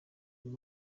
uyu